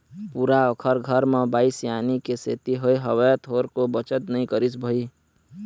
पूरा ओखर घर म बाई सियानी के सेती होय हवय, थोरको बचत नई करिस भई